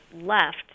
left